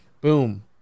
boom